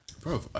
bro